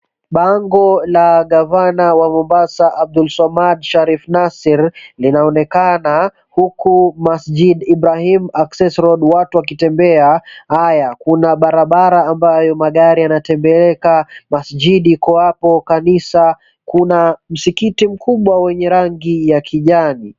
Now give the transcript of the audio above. Bango la gavana wa Mombasa Abdullswamad Sharrif Nassir linaonekana huku Masjid Ibrahim Access Road watu wakitembea. Haya, kuna barabara ambayo magari yanatembeeka Masjid iko hapo kanisa kuna msikiti mkubwa wenye rangi ya kijani